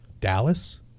Dallas